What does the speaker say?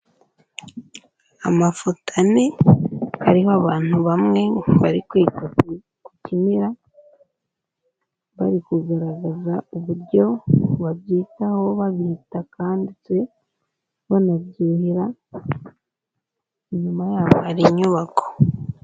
Amafoto ane ariho abantu bamwe bari kwita ku kimera bari kugaragaza uburyo babyitaho kandi banabyuhira inyuma yabo hari inyubako.